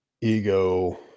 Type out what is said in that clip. ego